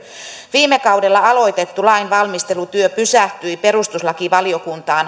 viime kaudella aloitettu lainvalmistelutyö pysähtyi perustuslakivaliokuntaan